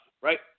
right